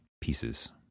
pieces